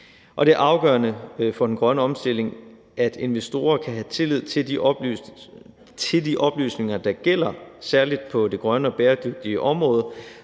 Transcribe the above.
det er afgørende for den grønne omstilling, at investorer kan have tillid til de oplysninger, der gælder, særlig på det grønne og bæredygtige område,